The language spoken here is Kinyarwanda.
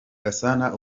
gasana